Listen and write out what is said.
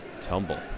tumble